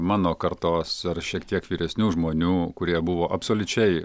mano kartos ar šiek tiek vyresnių žmonių kurie buvo absoliučiai